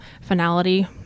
finality